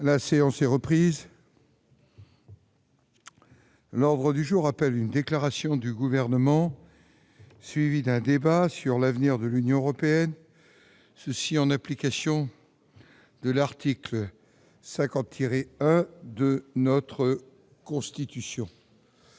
La séance est reprise. L'ordre du jour appelle une déclaration du gouvernement, suivie d'un débat sur l'avenir de l'Union européenne, ceci en application de l'article 50 de notre constitution.